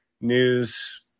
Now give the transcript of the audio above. news